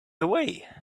away